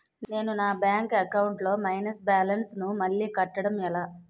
నేను నా bank account లొ మైనస్ బాలన్స్ ను మళ్ళీ కట్టడం ఎలా?